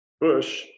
Bush